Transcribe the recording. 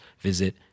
visit